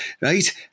right